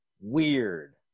weird